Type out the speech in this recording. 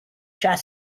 cab